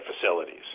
facilities